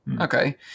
Okay